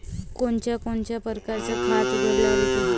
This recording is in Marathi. कोनच्या कोनच्या परकारं खात उघडता येते?